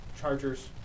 Chargers